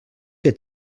que